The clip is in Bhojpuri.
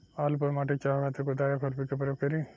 आलू पर माटी चढ़ावे खातिर कुदाल या खुरपी के प्रयोग करी?